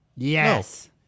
Yes